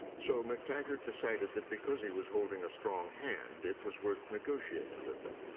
so mactaggart decided that because he was holding a strong hand, it was worth negotiating with them.